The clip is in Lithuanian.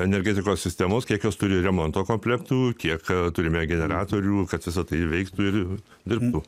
energetikos sistemos kiek jos turi remonto komplektų kiek turime generatorių kad visa tai veiktų ir dirbtų